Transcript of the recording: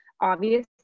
obvious